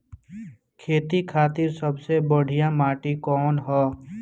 खेती खातिर सबसे बढ़िया माटी कवन ह?